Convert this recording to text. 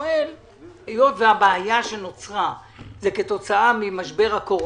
היות שהבעיה שנוצרה היא כתוצאה ממשבר הקורונה,